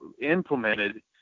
implemented